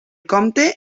compte